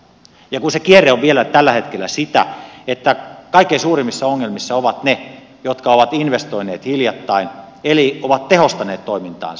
ja kun se kierre on vielä tällä hetkellä sitä että kaikkein suurimmissa ongelmissa ovat ne jotka ovat investoineet hiljattain eli ovat tehostaneet toimintaansa